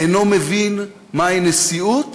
אינו מבין מהי נשיאות